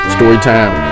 Storytime